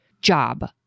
job